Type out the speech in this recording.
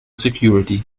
security